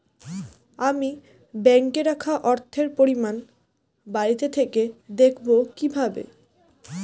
আমি ব্যাঙ্কে রাখা অর্থের পরিমাণ বাড়িতে থেকে দেখব কীভাবে?